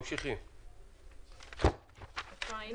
נמשיך בהקראה.